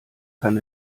kann